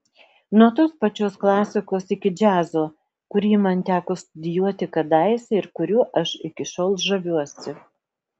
nuo tos pačios klasikos iki džiazo kurį man teko studijuoti kadaise ir kuriuo aš iki šiol žaviuosi